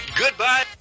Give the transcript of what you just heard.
goodbye